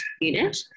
unit